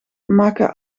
maken